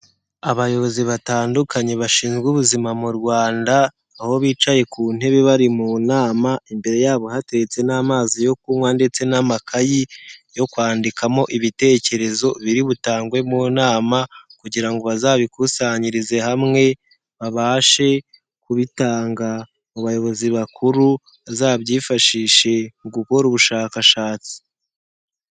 Abayobozi batandukanye bashinzwe ubuzima mu Rwanda, aho bicaye ku ntebe bari mu nama, imbere yabo hatetse n'amazi yo kunywa ndetse n'amakayi yo kwandikamo ibitekerezo biri butangwe mu nama kugira ngo bazabikusanyirize hamwe, babashe kubitanga mu bayobozi bakuru, bazabyifashishe mu gukora ubushakashatsi.